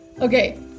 Okay